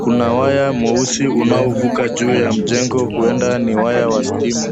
Kuna waya mweusi unaovuka juu ya mjengo, huenda ni waya wa stima.